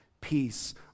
peace